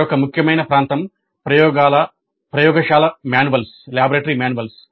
మరొక ముఖ్యమైన ప్రాంతం ప్రయోగశాల మాన్యువల్లు